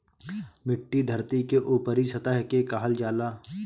मिट्टी धरती के ऊपरी सतह के कहल जाला